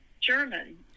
German